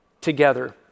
together